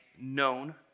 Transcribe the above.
known